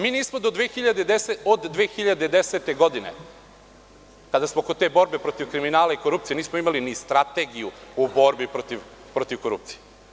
Mi nismo od 2010. godine, kada smo kod te borbe protiv kriminala i korupcije, nismo imali ni strategiju u borbi protiv korupcije.